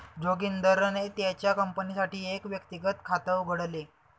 जोगिंदरने त्याच्या कंपनीसाठी एक व्यक्तिगत खात उघडले